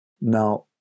Now